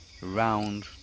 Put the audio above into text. round